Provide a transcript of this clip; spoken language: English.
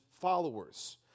followers